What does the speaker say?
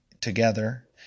together